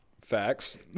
facts